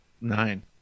Nine